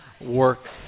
work